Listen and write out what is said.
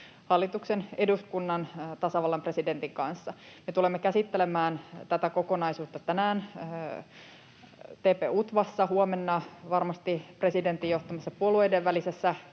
hallituksen, eduskunnan, tasavallan presidentin kanssa. Me tulemme käsittelemään tätä kokonaisuutta tänään TP-UTVAssa ja huomenna varmasti presidentin johtamassa puolueiden välisessä